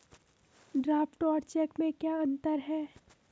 Draft और cheque में क्या अंतर है?